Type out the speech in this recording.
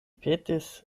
petis